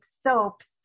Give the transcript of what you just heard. soaps